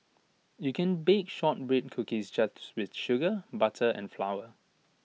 you can bake Shortbread Cookies just with sugar butter and flour